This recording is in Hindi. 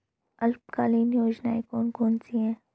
अल्पकालीन योजनाएं कौन कौन सी हैं?